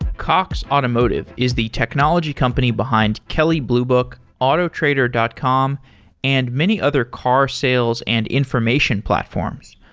cox automotive is the technology company behind kelley blue book, autotrader dot com and many other car sales and information platforms.